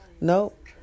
Nope